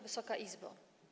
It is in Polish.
Wysoka Izbo!